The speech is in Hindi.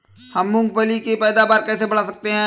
हम मूंगफली की पैदावार कैसे बढ़ा सकते हैं?